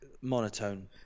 monotone